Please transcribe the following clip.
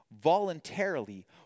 voluntarily